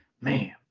Man